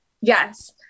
Yes